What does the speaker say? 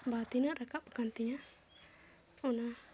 ᱵᱟ ᱛᱤᱱᱟᱹᱜ ᱨᱟᱠᱟᱵ ᱟᱠᱟᱱ ᱛᱤᱧᱟᱹ ᱚᱱᱟ